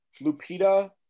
Lupita –